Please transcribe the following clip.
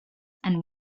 and